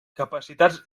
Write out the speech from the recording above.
capacitats